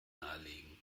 nahelegen